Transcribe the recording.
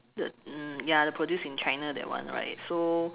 the uh ya the produced in China that one right so